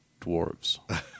dwarves